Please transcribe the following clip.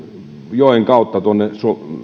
joen kautta tuonne